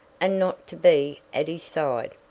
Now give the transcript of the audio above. and not to be at his side.